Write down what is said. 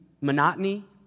monotony